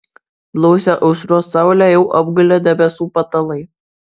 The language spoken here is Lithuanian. blausią aušros saulę jau apgulė debesų patalai